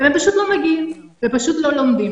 והם פשוט לא מגיעים ופשוט לא לומדים.